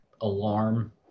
alarm